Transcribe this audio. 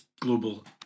global